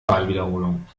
wahlwiederholung